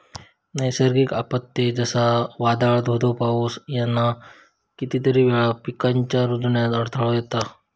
नैसर्गिक आपत्ते, जसा वादाळ, धो धो पाऊस ह्याना कितीतरी वेळा पिकांच्या रूजण्यात अडथळो येता